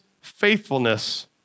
faithfulness